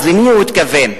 אז למי הוא התכוון?